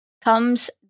comes